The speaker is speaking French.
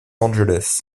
angeles